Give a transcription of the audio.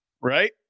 Right